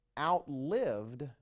outlived